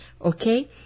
Okay